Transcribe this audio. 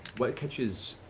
what catches